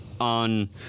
on